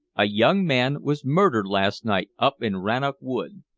a young man was murdered last night up in rannoch wood.